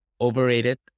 overrated